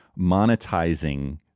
monetizing